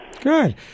Good